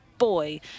Boy